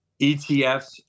ETFs